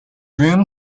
room